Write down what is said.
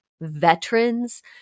veterans